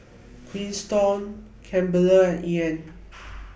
Quinton Kimber and Ean